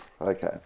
okay